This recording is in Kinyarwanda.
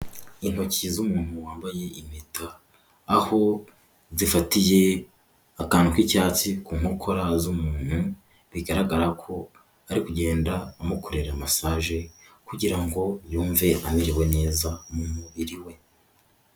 Intoki z'umuntu wambaye impeta, aho zifatiye akantu k'icyatsi ku nkokora z'umuntu bigaragara ko ari kugenda amukorera massage kugira yumve amerewe neza mu mubiri we.